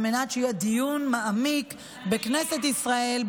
על מנת שיהיה דיון מעמיק בכנסת ישראל,